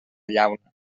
llauna